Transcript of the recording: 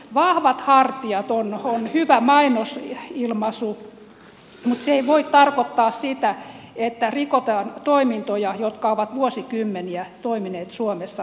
vahvat hartiat on hyvä mainosilmaisu mutta se ei voi tarkoittaa sitä että rikotaan toimintoja jotka ovat vuosikymmeniä toimineet suomessa kiitettävällä tavalla